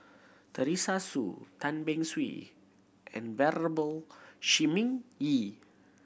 Teresa Hsu Tan Beng Swee and Venerable Shi Ming Yi